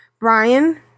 Brian